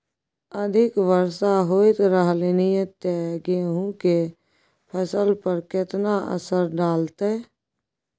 अधिक वर्षा होयत रहलनि ते गेहूँ के फसल पर केतना असर डालतै?